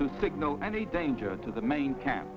to signal any danger to the main camp